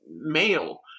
male